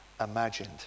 imagined